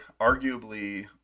arguably